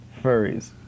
Furries